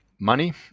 money